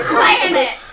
planet